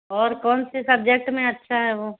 और कौन से सब्जेक्ट में अच्छा है वो